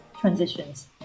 transitions